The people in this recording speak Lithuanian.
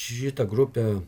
šitą grupę